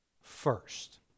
first